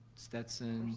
stetson,